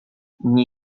nie